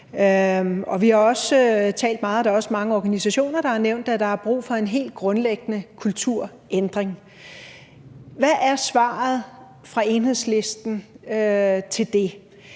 i ældreplejen. Der er også mange organisationer, der har nævnt, at der er brug for en helt grundlæggende kulturændring. Hvad er svaret fra Enhedslisten til det?